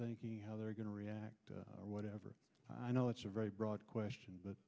thinking how they're going to react to whatever i know it's a very broad question